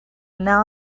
now